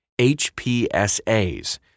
HPSAs